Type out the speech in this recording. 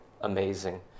amazing